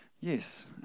yes